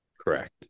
Correct